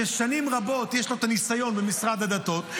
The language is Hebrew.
ששנים רבות יש לו את הניסיון במשרד הדתות,